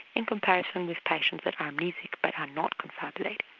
in comparison with patients that are amnesic but are not confabulating.